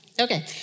Okay